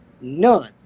none